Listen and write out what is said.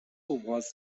was